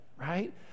right